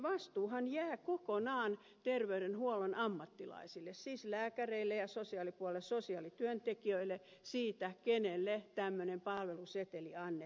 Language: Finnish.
vastuuhan jää kokonaan terveydenhuollon ammattilaisille siis lääkäreille ja sosiaalipuolen sosiaalityöntekijöille siitä kenelle tämmöinen palveluseteli annetaan